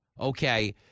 okay